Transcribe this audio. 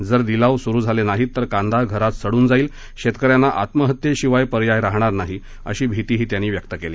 जर लिलाव सुरू झाले नाहीत तर कांदा घरात सडून जाईल शेतकऱ्यांना आत्महत्येशिवाय पर्याय राहणार नाही अशी भीतीही त्यांनी व्यक्त केली